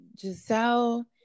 Giselle